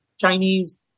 Chinese